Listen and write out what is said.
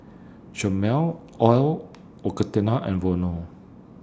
Chomel L'Occitane and Vono